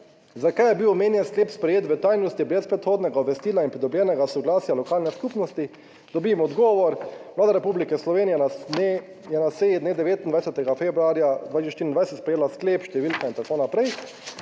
zakaj je bil omenjen sklep sprejet v tajnosti, brez predhodnega obvestila in pridobljenega soglasja lokalne skupnosti dobim odgovor, Vlada Republike Slovenije ne, je na seji dne 29. februarja 2024 sprejela sklep številka, in tako naprej.